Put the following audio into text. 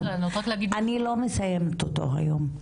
אני לא מסיימת אותו היום.